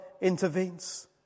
intervenes